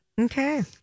Okay